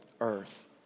earth